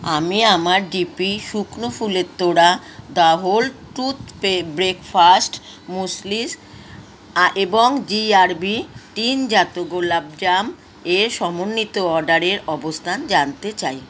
আমি আমার D P শুকনো ফুলের তোড়া the whole tooth paste breakfast muesli এবং জি আর বি টিনজাত গোলাপ জাম এর সমন্বিত অর্ডারের অবস্থান জানতে চাই